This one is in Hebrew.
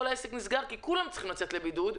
העסק נסגר כי כולם צריכים לצאת לבידוד,